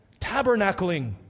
tabernacling